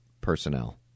personnel